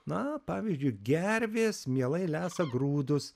na pavyzdžiui gervės mielai lesa grūdus